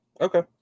okay